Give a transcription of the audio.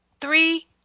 three